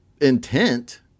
intent